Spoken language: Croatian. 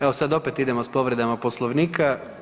Evo sad opet idemo sa povredama Poslovnika.